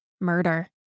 murder